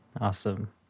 Awesome